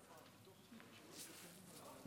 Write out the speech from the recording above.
בפרשת השבוע רחל